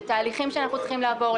זה תהליכים שאנחנו צריכים לעבור.